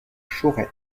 chauray